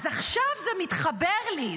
אז עכשיו זה מתחבר לי,